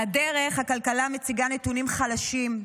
על הדרך, הכלכלה מציגה נתונים חלשים: